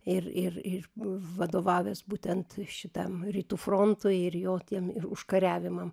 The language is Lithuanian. ir ir ir vadovavęs būtent šitam rytų frontui ir jo tiem ir užkariavimam